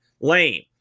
Lame